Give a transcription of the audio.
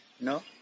No